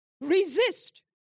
Resist